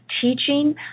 teaching